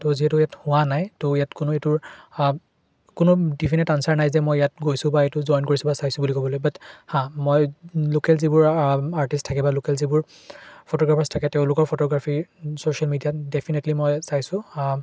তো যিহেতু ইয়াত হোৱা নাই তো ইয়াত কোনো এইটোৰ কোনো ডিফিনেট আনচাৰ নাই যে মই ইয়াত গৈছোঁ বা এইটো জইন কৰিছোঁ বা চাইছোঁ বুলি ক'বলৈ বাট হাঁ মই লোকেল যিবোৰ আৰ্টিষ্ট থাকে বা লোকেল যিবোৰ ফটোগ্ৰাফাৰছ থাকে তেওঁলোকৰ ফটোগ্ৰাফী ছ'চিয়েল মিডিয়াত ডেফিনেটলি মই চাইছোঁ